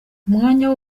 umwanya